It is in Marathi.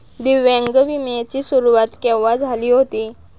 दिव्यांग विम्या ची सुरुवात केव्हा झाली होती?